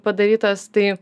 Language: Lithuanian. padarytas tai